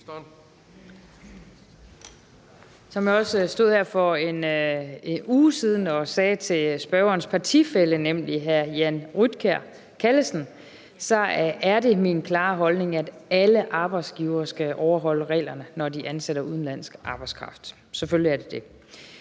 Som jeg også stod her for 1 uge siden og sagde til spørgerens partifælle, nemlig hr. Jan Rytkjær Callesen, er det min klare holdning, at alle arbejdsgivere skal overholde reglerne, når de ansætter udenlandsk arbejdskraft; selvfølgelig er det det.